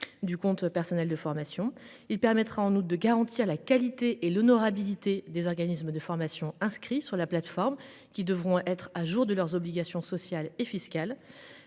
du compte personnel de formation, il permettra en août de garantir la qualité et l'honorabilité des organismes de formation inscrits sur la plateforme qui devront être à jour de leurs obligations sociales et fiscales.